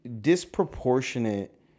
disproportionate